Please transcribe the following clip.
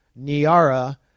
Niara